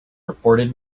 reported